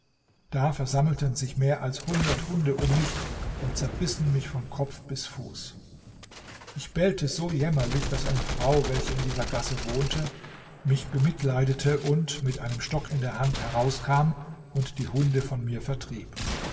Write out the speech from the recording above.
da versammelten sich mehr als hundert hunde um mich und zerbissen mich von kopf bis fuß ich bellte so jämmerlich daß eine frau welche in dieser gasse wohnte mich bemitleidete und mit einem stock in der hand herauskam und die hunde von mir vertrieb